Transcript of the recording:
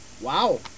Wow